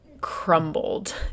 crumbled